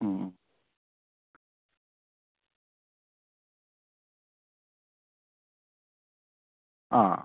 മ് ആ